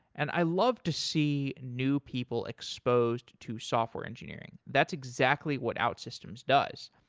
and i love to see new people exposed to software engineering. that's exactly what outsystems does.